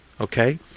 Okay